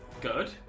good